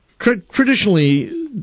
traditionally